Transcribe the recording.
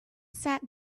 sat